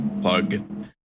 plug